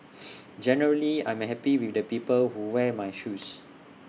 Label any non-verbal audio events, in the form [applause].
[noise] generally I'm happy with the people who wear my shoes